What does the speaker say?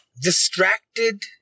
distracted